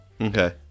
Okay